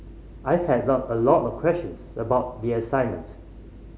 I had lot a lot of questions about the assignment